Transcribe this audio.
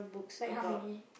like how many